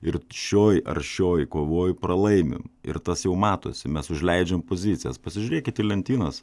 ir šioj aršioj kovoj pralaimim ir tas jau matosi mes užleidžiam pozicijas pasižiūrėkit į lentynas